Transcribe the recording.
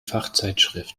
fachzeitschrift